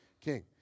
king